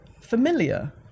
familiar